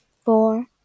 four